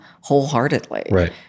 wholeheartedly